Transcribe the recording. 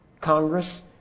Congress